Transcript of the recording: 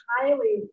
highly